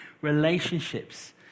relationships